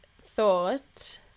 thought